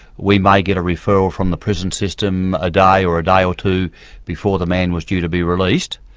we may get a referral from the prison system a day, or a day or two before the man was due to be released,